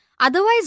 Otherwise